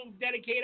dedicate